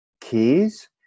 keys